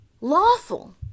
lawful